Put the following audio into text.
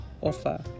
offer